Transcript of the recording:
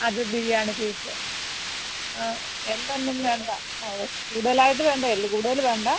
അത് ബിരിയാണി പീസ് ആ എല്ലൊന്നും വേണ്ട ആവോ കൂടുതലായിട്ട് വേണ്ട എല്ല് കൂടുതൽ വേണ്ട